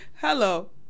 hello